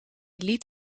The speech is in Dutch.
liet